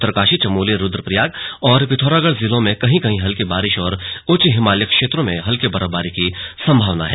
उत्तरकाशी चमोली रुद्रप्रयाग और पिथौरागढ़ जिलों में कहीं कहीं हल्की बारिश और उच्च हिमालयी क्षेत्रों में हल्की बर्फबारी की संभावना है